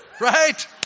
Right